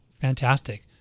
Fantastic